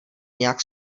nějak